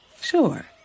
Sure